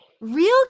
Real